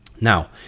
now